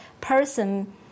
person